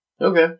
Okay